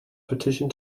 petition